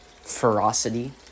ferocity